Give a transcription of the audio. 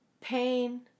Pain